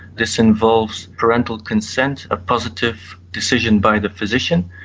this involves parental consent, a positive decision by the physician,